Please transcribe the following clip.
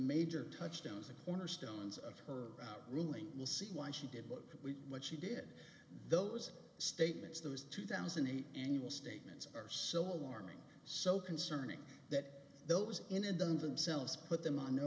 major touchstones the cornerstones of her ruling we'll see why she did what we what she did those statements those two thousand and eight annual statements are so alarming so concerning that those in and don't themselves put them on